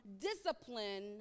discipline